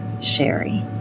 Sherry